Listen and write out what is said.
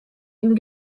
and